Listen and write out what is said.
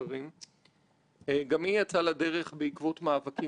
של עובדים להתאגד ולהיאבק על הזכויות שלהם,